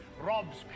Rob's